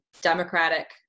Democratic